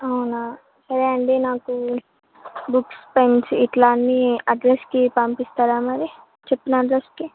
అవునా సరే అండి నాకు బుక్స్ పెన్స్ ఇట్లాన్న అడ్రస్కి పంపిస్తారా మరి చెప్పిన అడ్రస్కి